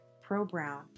pro-Brown